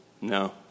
No